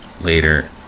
later